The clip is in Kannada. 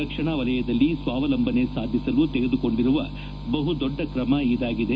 ರಕ್ಷಣಾ ವಲಯದಲ್ಲಿ ಸ್ಲಾವಲಂಬನೆ ಸಾಧಿಸಲು ತೆಗೆದು ಕೊಂಡಿರುವ ಬಹುದೊಡ್ಡ ಕ್ರಮ ಇದಾಗಿದೆ